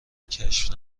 کشف